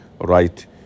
right